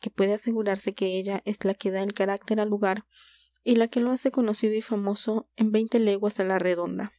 que puede asegurarse que ella es la que da el carácter al lugar y la que lo hace conocido y famoso en veinte leguas á la redonda